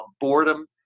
boredom